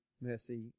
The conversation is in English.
mercy